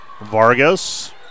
Vargas